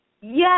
Yes